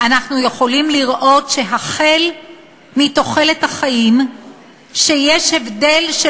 אנחנו יכולים לראות שבתוחלת החיים יש הבדל של